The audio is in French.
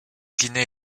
guinée